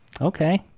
Okay